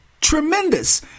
tremendous